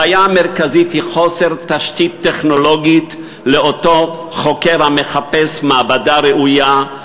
הבעיה המרכזית היא חוסר תשתית טכנולוגית לאותו חוקר המחפש מעבדה ראויה,